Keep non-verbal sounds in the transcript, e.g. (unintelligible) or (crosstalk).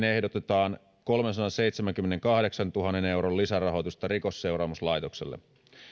(unintelligible) ehdotetaan kolmensadanseitsemänkymmenenkahdeksantuhannen euron lisärahoitusta rikosseuraamuslaitokselle